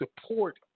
support